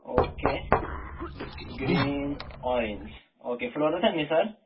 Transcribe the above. okay green orange okay fluorescent न्ही sir